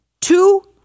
two